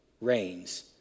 reigns